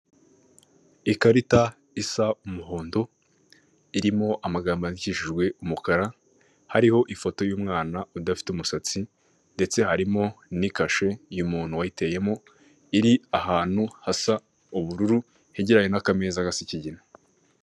Ikarita isa umuhondo irimo amagambo yandikishijwe umukara, hariho ifoto y'umwana udafite umusatsi ndetse harimo n'ikashe y'umuntu wayiteyemo iri ahantu hasa ubururu hegeranye n'akameza gasa ikigina.